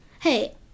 hey